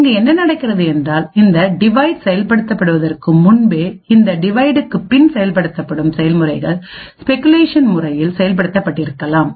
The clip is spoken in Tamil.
இங்கு என்ன நடக்கிறது என்றால் இந்த டிவைட் செயல்படுத்தப்படுவதற்கு முன்பே இந்த டிவைட்க்கு பின் செயல்படுத்தப்படும் செயல்முறைகள் ஸ்பெகுலேஷன் முறையில் செயல்படுத்த பட்டிருக்கலாம்